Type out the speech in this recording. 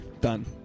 Done